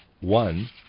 one